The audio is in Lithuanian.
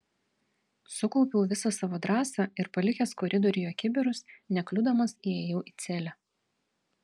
sukaupiau visą savo drąsą ir palikęs koridoriuje kibirus nekliudomas įėjau į celę